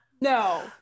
No